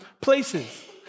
places